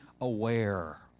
aware